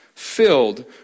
filled